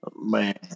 Man